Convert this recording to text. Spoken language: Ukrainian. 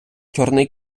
чорний